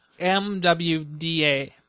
MWDA